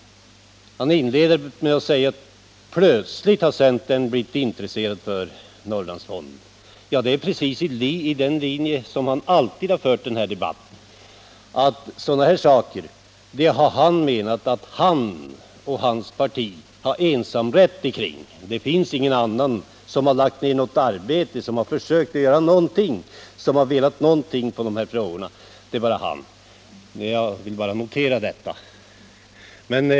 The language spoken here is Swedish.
Han inleder med att säga att centern plötsligt blivit intresserad av Norrlandsfonden. Det är precis på det sättet som han alltid fört debatten. Sådana saker som fonden menar Ingvar Svanberg att han och hans parti har ensamrätt på: det finns ingen annan som har lagt ner arbete eller har försökt göra någonting i dessa frågor — det är bara Ingvar Svanberg som har gjort det. Jag har bara velat notera detta.